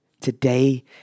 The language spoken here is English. Today